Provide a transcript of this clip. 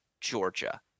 Georgia